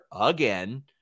again